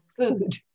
food